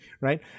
Right